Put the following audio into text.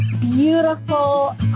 beautiful